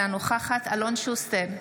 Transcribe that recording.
אינה נוכחת אלון שוסטר,